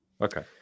Okay